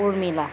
Urmila